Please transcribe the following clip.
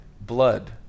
blood